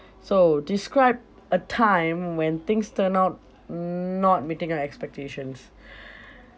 so describe a time when things turned out not meeting our expectations